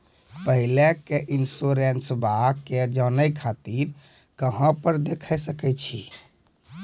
पहले के इंश्योरेंसबा के जाने खातिर कहां पर देख सकनी?